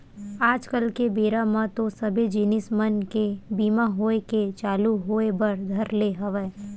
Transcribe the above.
आज कल के बेरा म तो सबे जिनिस मन के बीमा होय के चालू होय बर धर ले हवय